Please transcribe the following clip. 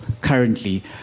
currently